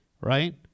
right